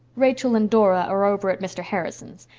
rachel and dora are over at mr. harrison's.